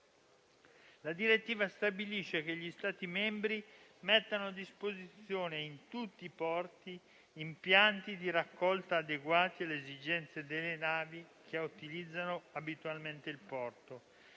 La direttiva stabilisce che gli Stati membri mettano a disposizione in tutti i porti impianti di raccolta adeguati alle esigenze delle navi che utilizzano abitualmente il porto